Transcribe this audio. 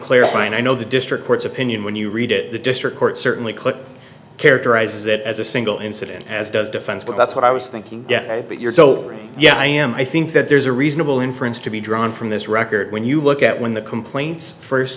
clarify and i know the district court's opinion when you read it the district court certainly could characterize it as a single incident as does defense but that's what i'm thinking but you're so yeah i am i think that there's a reasonable inference to be drawn from this record when you look at when the complaints first